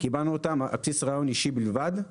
קיבלנו אותם לקורסים על בסיס ראיון אישי בלבד.